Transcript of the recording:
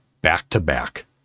back-to-back